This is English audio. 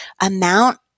Amount